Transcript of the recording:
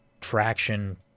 traction